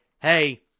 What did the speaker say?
hey